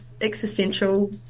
existential